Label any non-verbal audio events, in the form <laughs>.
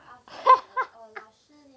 <laughs>